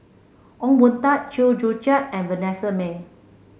Ong Boon Tat Chew Joo Chiat and Vanessa Mae